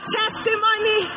testimony